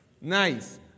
Nice